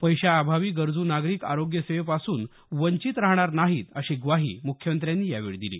पैशाअभावी गरजू नागरिक आरोग्य सेवेपासून वंचित राहणार नाहीत अशी ग्वाही मुख्यमंत्र्यांनी यावेळी दिली